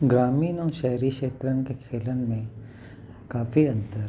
ग्रामीण ऐं शहरी खेत्रन खे खेलनि में काफ़ी अंतर आहे